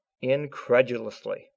incredulously